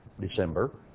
December